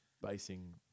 basing